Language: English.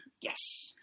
Yes